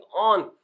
on